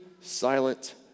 Silent